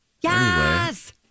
Yes